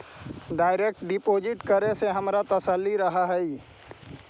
direct deposit करे से हमारा तसल्ली रहअ हई